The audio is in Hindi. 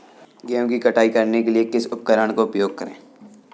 गेहूँ की कटाई करने के लिए किस उपकरण का उपयोग करें?